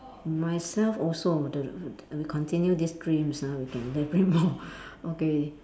myself also the we continue this dreams ah we can elaborate more okay